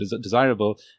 desirable